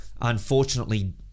unfortunately